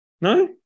No